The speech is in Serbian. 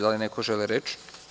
Da li neko želi reč?